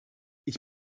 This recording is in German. ich